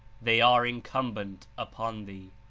they are incumbent upon thee.